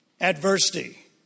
Adversity